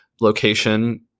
Location